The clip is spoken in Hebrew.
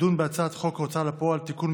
תדון בהצעות חוק ההוצאה לפועל (תיקון,